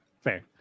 Fair